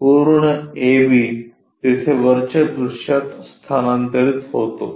पूर्ण AB तिथे वरच्या दृश्यात स्थानांतरित होतो